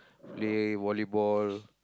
play volleyball